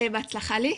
בהצלחה לי,